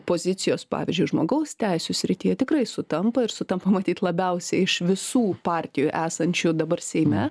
pozicijos pavyzdžiui žmogaus teisių srityje tikrai sutampa ir sutampa matyt labiausiai iš visų partijų esančių dabar seime